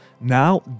now